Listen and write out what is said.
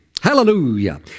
Hallelujah